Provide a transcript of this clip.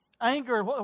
anger